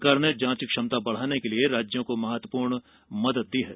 सरकार ने जांच क्षमता बढाने के लिए राज्यों को महत्वपूर्ण मदद दी है